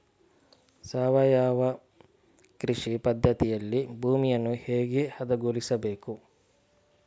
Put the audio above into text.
ಸಾವಯವ ಕೃಷಿ ಪದ್ಧತಿಯಲ್ಲಿ ಭೂಮಿಯನ್ನು ಹೇಗೆ ಹದಗೊಳಿಸಬೇಕು?